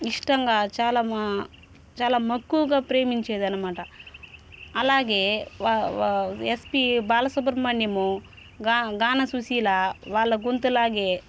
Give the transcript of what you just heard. ఇష్టంగా చాలా మా చాలా మక్కువగా ప్రేమించేదనమాట అలాగే ఎస్పి బాలసుబ్రమణ్యము గా గాన సుశీల వాళ్ళ గొంతులాగే